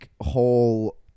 whole